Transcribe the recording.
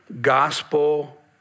Gospel